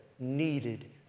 needed